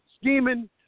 Scheming